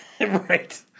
Right